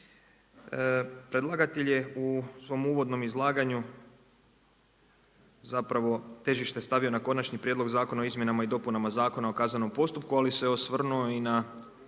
Predlagatelj je u svom uvodnom izlaganju zapravo težište stavio na Konačni prijedlog Zakona o izmjenama i dopunama Zakona o kaznenom postupku, ali se osvrnuo i na